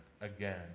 again